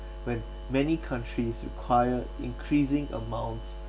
when many countries require increasing amounts